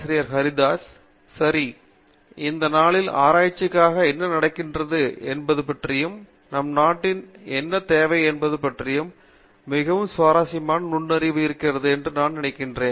பிரதாப் ஹரிதாஸ் சரி இந்த நாளில் ஆராய்ச்சிக்காக என்ன நடக்கிறது என்பது பற்றியும் நம் நாட்டில் என்ன தேவை என்பதைப் பற்றியும் மிகவும் சுவாரஸ்யமான நுண்ணறிவு இருக்கிறது என்று நான் நினைக்கிறேன்